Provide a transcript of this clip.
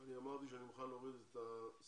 אני אמרתי שאני מוכן להוריד את הסכום